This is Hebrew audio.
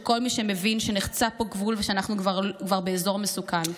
של כל מי שמבין שנחצה פה גבול ואנחנו כבר באזור מסוכן".